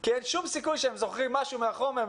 כי אין שום סיכוי שהם זוכרים משהו מהחומר,